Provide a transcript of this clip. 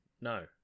No